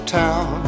town